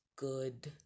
good